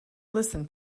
listen